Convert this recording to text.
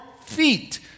feet